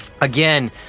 again